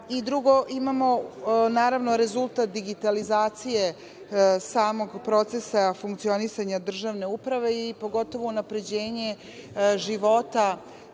i drugo, imamo rezultat digitalizacije samog procesa funkcionisanja državne uprave, i pogotovo unapređenje života,